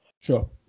Sure